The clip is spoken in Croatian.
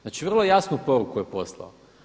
Znači, vrlo jasnu poruku je poslao.